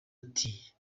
ati